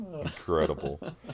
Incredible